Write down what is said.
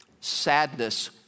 Sadness